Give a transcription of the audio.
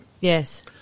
Yes